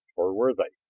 or were they?